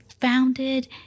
founded